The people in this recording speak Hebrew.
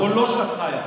זאת לא שעתך היפה.